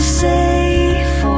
safe